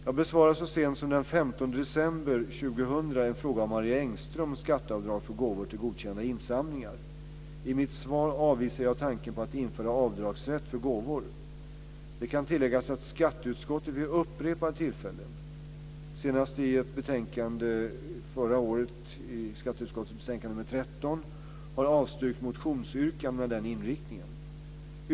Jag besvarade så sent som den 15 december 2000 en fråga av Marie Engström om skatteavdrag för gåvor till godkända insamlingar. I mitt svar avvisade jag tanken på att införa avdragsrätt för gåvor. Det kan tilläggas att skatteutskottet vid upprepade tillfällen, senast i betänkandet 1999/2000:SkU13, har avstyrkt motionsyrkanden med den inriktningen.